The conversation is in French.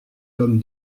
comme